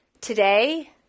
Today